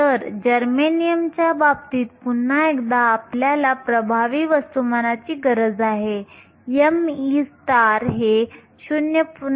तर जर्मेनियमच्या बाबतीत पुन्हा एकदा आपल्याला प्रभावी वस्तुमानाची गरज आहे me हे 0